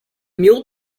mule